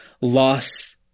loss